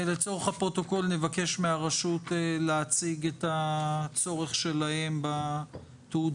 לצורך הפרוטוקול נבקש מהרשות להציג את הצורך שלה בתעודות